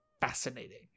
Fascinating